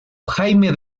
jaime